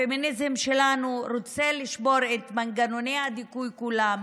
הפמיניזם שלנו רוצה לשבור את מנגנוני הדיכוי כולם,